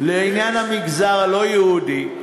לעניין המגזר הלא-יהודי,